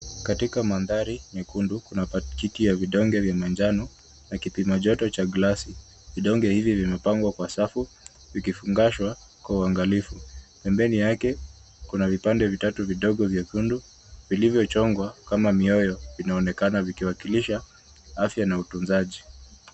Katika mandhari nyekundu, kuna pakiti ya vidonge vya manjano na kipimajoto cha glasi. Vidonge hivi vimepangwa kwa safu vikifungashwa kwa uangalifu. Pembeni yake, kuna vipande vitatu vidogo vyekundu vilivyochongwa kama mioyo, vinaonekana vikiwakilisha afya na utunzaji.